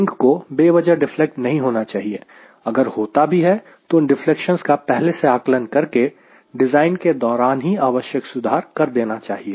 wing को बेवजह deflect नहीं होना चाहिए अगर होता भी है तो उन डिफलेक्शंस का पहले से आकलन करके डिज़ाइन के दौरान ही आवश्यक सुधार कर देना चाहिए